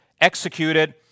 executed